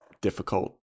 difficult